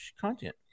content